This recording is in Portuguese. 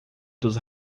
dos